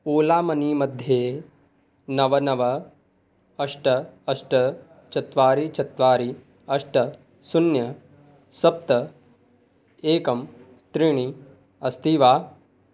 Ola money मध्ये नव नव अष्ट अष्ट चत्वारि चत्वारि अष्ट शून्यं सप्त एकं त्रीणि अस्ति वा